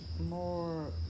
more